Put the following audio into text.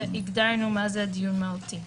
והגדרנו מה זה "דיון מהותי".